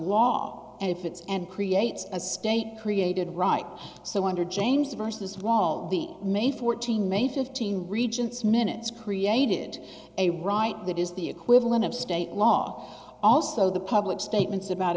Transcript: law and if it's and creates a state created right so under james versus wall the main fourteen maybe fifteen regents minutes created a right that is the equivalent of state law also the public statements about